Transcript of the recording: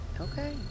Okay